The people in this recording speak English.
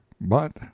But